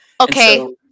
Okay